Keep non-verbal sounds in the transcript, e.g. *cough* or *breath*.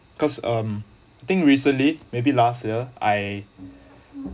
cause um I think recently maybe last year I *breath*